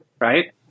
right